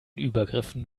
übergriffen